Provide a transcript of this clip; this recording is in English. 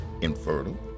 infertile